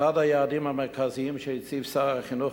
אחד היעדים המרכזיים שהציב שר החינוך